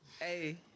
Hey